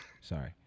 Sorry